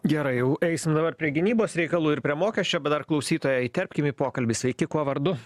gerai jau eisim dabar prie gynybos reikalų ir prie mokesčio bet dar klausytoją įterpkim į pokalbį sveiki kuo vardu